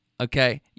okay